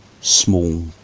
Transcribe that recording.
small